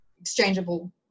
exchangeable